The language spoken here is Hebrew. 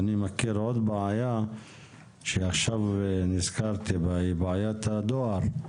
אני מכיר עוד בעיה שעכשיו נזכרתי בה והיא בעיית הדואר.